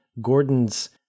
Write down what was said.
Gordon's